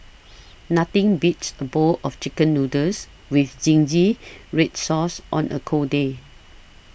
nothing beats a bowl of Chicken Noodles with Zingy Red Sauce on a cold day